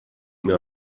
mir